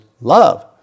love